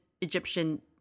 Egyptian